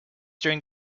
during